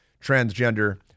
transgender